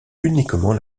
uniquement